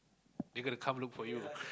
they gonna come look for you